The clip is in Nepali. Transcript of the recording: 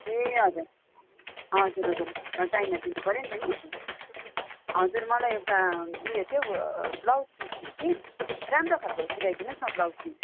ए हजुर हजुर हजुर टाइममा दिन पर्यो नि त नि हजुर मलाई एउटा उयो के हो ब्लाउज पिस थियो कि राम्रो खाले सिलाइदिनु होस् न ब्लाउज पिस